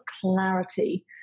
Clarity